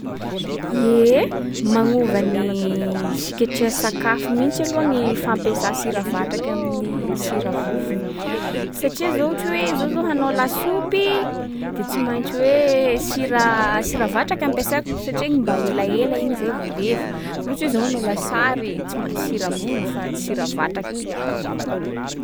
Ie, magnova ny fiketreha sakafo mihitsy aloha gny fampiasà sira vatraky amin’ny sira vovony. Satria zao ohatry hoe zaho zao hanao lasopy, de tsy maintsy hoe sira- sira vatraky ampiasaiko satria igny mba elaela igny zay vao levo. Fa m- ohatsy hoe zaho anao lasary, tsy maintsy sira vovony fa tsy sira vatraky igny ro ataoko ao.